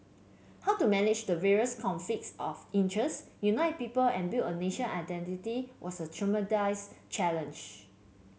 how to manage the various conflicts of interest unite people and build a national identity was a tremendous challenge